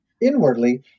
Inwardly